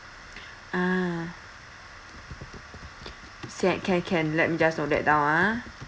ah set can can let me just note that down ah